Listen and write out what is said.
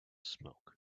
smoke